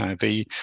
HIV